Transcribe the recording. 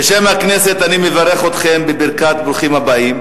בשם הכנסת אני מברך אתכם בברכת ברוכים הבאים,